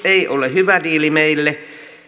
ei ole hyvä diili meille